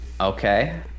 okay